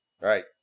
Right